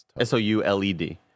s-o-u-l-e-d